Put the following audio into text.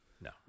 No